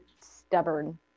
stubborn